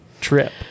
trip